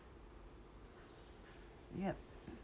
yup